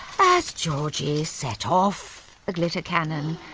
as georgie set off the glitter cannon,